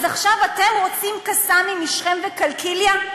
אז עכשיו אתם רוצים "קסאמים" משכם וקלקיליה,